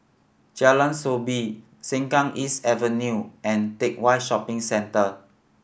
Jalan Soo Bee Sengkang East Avenue and Teck Whye Shopping Center